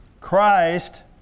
Christ